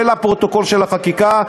ולפרוטוקול של החקיקה,